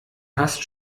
hast